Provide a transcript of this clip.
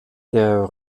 der